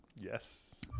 yes